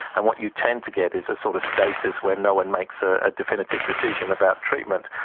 and what you tend to get is a sort of stasis where no one makes ah a definitive decision about treatment.